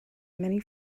many